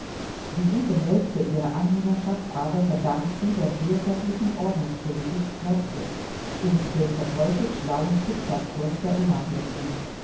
die gute hälfte ihrer anhängerschaft aber verdankt sie der fürsorglichen ordnungspolitik noskes und dem verteufelt schlauen zickzackkurs der unabhängigen